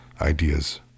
ideas